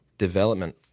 Development